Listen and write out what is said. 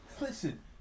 Listen